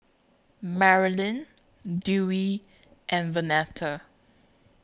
Merilyn Dewey and Vernetta